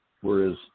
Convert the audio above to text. whereas